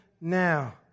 now